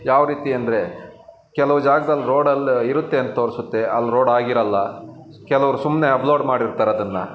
ಯಾವ ರೀತಿ ಅಂದರೆ ಕೆಲವು ಜಾಗ್ದಲ್ಲಿ ರೋಡ್ ಅಲ್ಲಿ ಇರುತ್ತೆ ಅಂತ ತೋರಿಸುತ್ತೆ ಅಲ್ಲಿ ರೋಡ್ ಆಗಿರಲ್ಲ ಕೆಲವರು ಸುಮ್ಮನೆ ಅಪ್ಲೋಡ್ ಮಾಡಿರ್ತಾರೆ ಅದನ್ನು